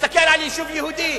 על יישוב ערבי ועל יישוב יהודי